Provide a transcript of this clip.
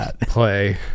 play